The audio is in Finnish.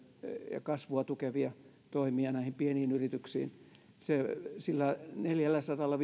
ja kasvua tukevia toimia näihin pieniin yrityksiin sillä neljälläsadalla